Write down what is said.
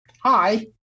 Hi